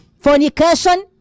fornication